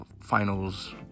finals